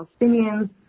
Palestinians